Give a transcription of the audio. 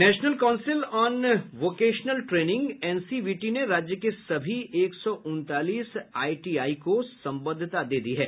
national council on vocational training NCVT ने राज्य के सभी एक सौ उनतालीस आईटीआई को सम्बद्धता दे दी है